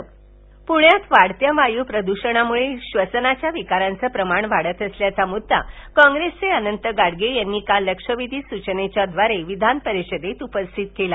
पृण्यात वाढत्या वायू प्रदूषणामुळे श्वसनाच्या विकारांचं प्रमाण वाढत असल्याचा मुद्दा कौंग्रेसचे अनंत गाडगीळ यांनी काल लक्षवेधी सुचनेच्याद्वारे विधानपरिषदेत उपस्थित केला